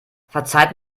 verzeiht